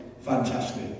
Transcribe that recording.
fantastic